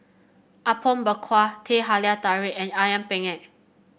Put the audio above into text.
Apom Berkuah Teh Halia Tarik and ayam penyet